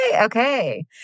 okay